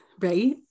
Right